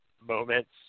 moments